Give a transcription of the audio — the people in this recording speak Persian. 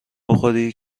بخوری